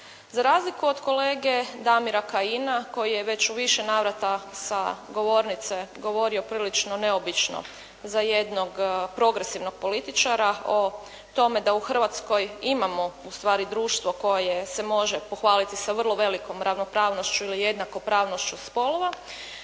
Za razliku od kolege Damira Kajina koji je već u više navrata sa govornice govorio prilično neobično za jednog progresivnog političara o tome da u Hrvatskoj imamo u stvari društvo koje se može pohvaliti sa vrlo velikom ravnopravnošću ili jednakopravnošću spolova